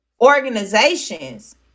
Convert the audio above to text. organizations